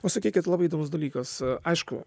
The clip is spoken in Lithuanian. o sakykit labai įdomus dalykas aišku